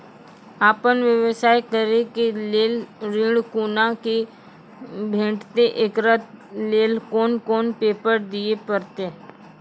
आपन व्यवसाय करै के लेल ऋण कुना के भेंटते एकरा लेल कौन कौन पेपर दिए परतै?